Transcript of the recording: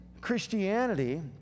Christianity